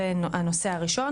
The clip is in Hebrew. זה הנושא הראשון.